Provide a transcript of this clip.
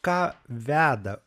ką veda